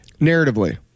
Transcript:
narratively